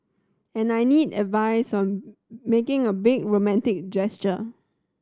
and I need advice on making a big romantic gesture